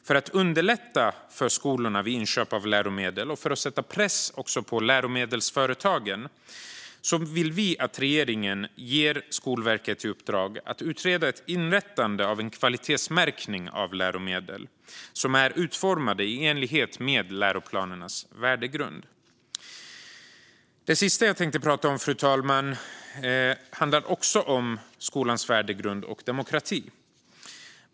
För att underlätta för skolorna vid inköp av läromedel och för att sätta press på läromedelsföretagen vill vi att regeringen ger Skolverket i uppdrag att utreda ett inrättande av en kvalitetsmärkning av läromedel som är utformade i enlighet med läroplanernas värdegrund. Det sista jag tänkte prata om, fru talman, handlar också om skolans värdegrund och demokrati.